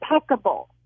impeccable